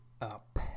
up